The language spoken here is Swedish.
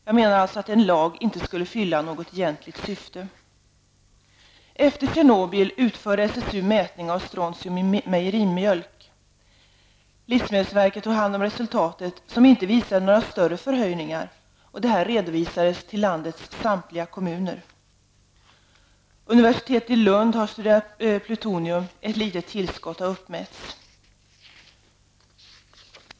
Jag menar alltså att en lag inte skulle fylla något egentligt syfte. Efter Tjernobyl utförde SSI mätning av strontium i mejerimjölk. Livsmedelsverket tog hand om resultatet, som inte visade några större förhöjningar, och redovisade det till landets samtliga kommuner. Universitetet i Lund har studerat plutonium. Ett litet tillskott har uppmätts.